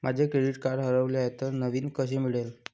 माझे credit card हरवले आहे तर नवीन कसे मिळेल?